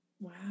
Wow